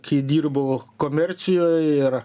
kai dirbau komercijoj ir